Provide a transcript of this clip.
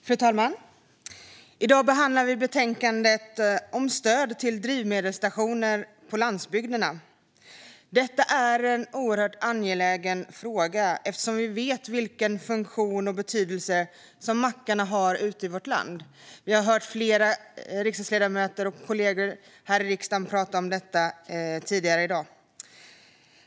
Fru talman! I dag behandlar vi betänkandet om stöd till drivmedelsstationer på landsbygderna. Detta är en oerhört angelägen fråga eftersom vi vet vilken funktion och betydelse mackarna har ute i vårt land. Vi har hört flera riksdagsledamöter och kollegor prata om detta tidigare i dag.